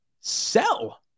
sell